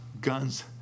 guns